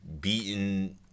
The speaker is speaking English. beaten